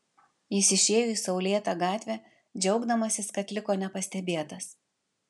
jis išėjo į saulėtą gatvę džiaugdamasis kad liko nepastebėtas